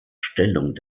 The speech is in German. stellung